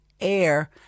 air